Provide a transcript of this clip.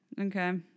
Okay